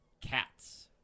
Cats